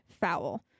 foul